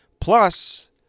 Plus